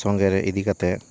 ᱥᱚᱝᱜᱮ ᱨᱮ ᱤᱫᱤ ᱠᱟᱛᱮ